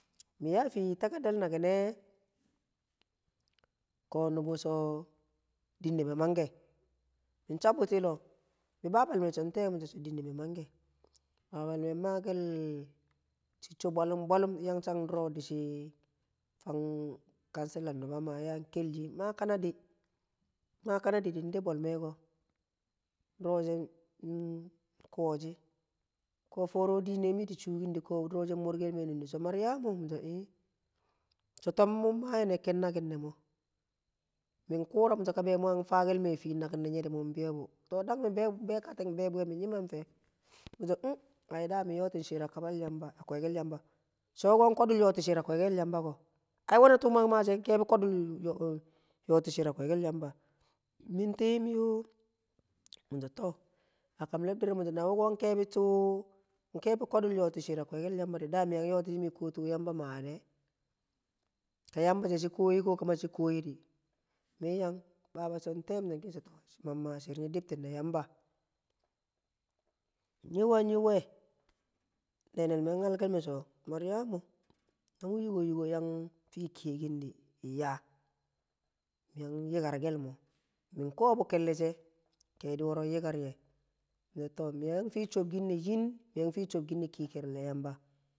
Min yaa a fii yi takaital e ko nubu sho dinne me mangke, min chabbut a loo bi babal me shon te? mi sho dinne me mangke babal me makel cicco bwalum bwalum yang a shanne duro dishi fang kansila nuba maa yang kel shi maa kanadi maa kanadi nde bolme ko dure she nko shi, ko foore dine mi shuukin di ko duro she morkel me sho maryamu mi sho nyii shoo tob mun ma nyine keen nakin ne mo, min kura misho ka mu yan taa kel me a fii nakinne me di mun biyo be to dangke mi betakating min bee buye, min nyim a fe, mi so nh daa min yo tin shir a kwekel yamba sko wuko nkodul yotikel shir a kwekell yamba ko? sho wuko yoti shir kwe na tuu mu yang maa she mn mn yotishir kwe kel yamba min tiim yuu a kam lebdire me misho nang kebi tuu kodul yotike shir a kwekel yamba, di mi yang yotishi mi kuwo tuu yamba yang ma'a shy e, ka yamba she shi, koye koo ka mashi koyedi. Min yang baba shingte mi sho nkeshi shir nyi dib shir a kwekel yamba, nyi weh, nying weh nenel me nyal kel me so maryamu, na mu yigo yigo yang fii kiye kin di yah mi yang yikar kelmo min koo bu kelle she kedi woro din yikar ye mi so mi yang fi chobkinne yin mi yang